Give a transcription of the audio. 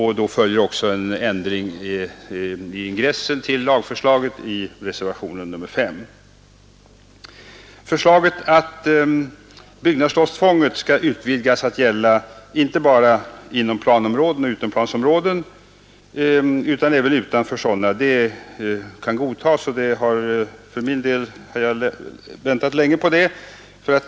Därav följer också en ändring enligt reservationen 5 i ingressen till lagförslaget. Förslaget att byggnadslovstvånget skall utvidgas till att gälla inte bara inom planområden och inom utomplansområden utan även utanför sådana kan godtas. För min del har jag väntat länge på detta förslag.